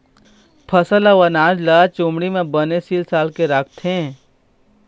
फसल अउ अनाज ल बोरा, चुमड़ी म बने सील साल के राखथे